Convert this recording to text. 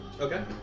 Okay